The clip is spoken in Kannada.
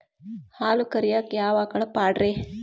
ಹಾಲು ಕರಿಯಾಕ ಯಾವ ಆಕಳ ಪಾಡ್ರೇ?